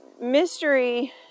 mystery